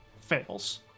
fails